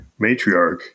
Matriarch